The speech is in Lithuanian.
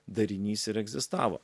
darinys ir egzistavo